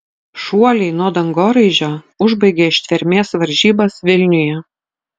šuoliai nuo dangoraižio užbaigė ištvermės varžybas vilniuje